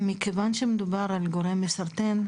מכיוון שמדובר בגורם מסרטן,